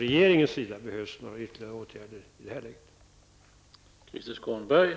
Jag kan inte se att det behövs några ytterligare åtgärder från regeringen i detta läge.